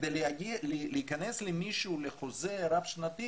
כדי להיכנס עם מישהו לחוזה רב שנתי